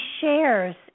shares